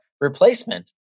replacement